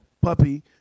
puppy